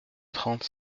trente